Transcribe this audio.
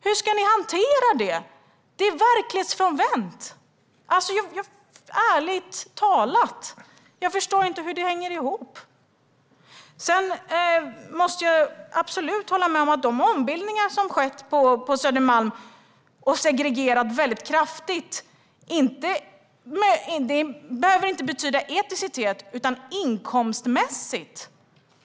Hur ska ni hantera det? Detta är verklighetsfrånvänt. Ärligt talat förstår jag inte hur det hänger ihop. Jag måste absolut hålla med om att de ombildningar som har skett på Södermalm har lett till en kraftig segregering. Det behöver inte betyda segregering i fråga om etnicitet.